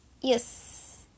yes